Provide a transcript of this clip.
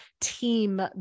team